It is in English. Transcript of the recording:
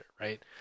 right